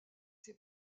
ses